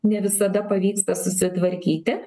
ne visada pavyksta susitvarkyti